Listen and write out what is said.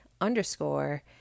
underscore